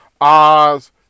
Oz